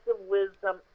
wisdom